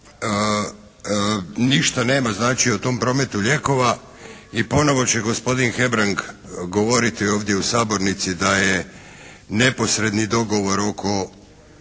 ništa nema znači o tom prometu lijekova i ponovo će gospodin Hebrang govoriti ovdje u sabornici da je neposredni dogovor oko